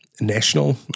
national